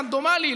המחשב הרנדומלי,